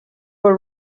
were